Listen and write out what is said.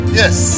yes